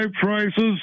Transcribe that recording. prices